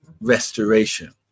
restoration